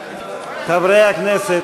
חברי הכנסת,